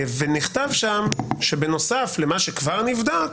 נכתב שם שבנוסף למה שכבר נבדק